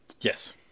Yes